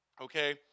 Okay